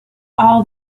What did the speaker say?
all